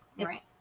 right